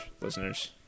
listeners